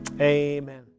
Amen